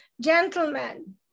gentlemen